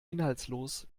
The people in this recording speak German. inhaltslos